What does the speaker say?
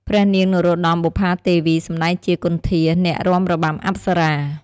ព្រះនាង នរោត្តម បុប្ផាទេវី សម្តែងជា គន្ធា អ្នករាំរបាំអប្សរា។